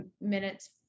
minutes